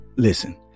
Listen